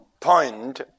point